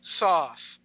sauce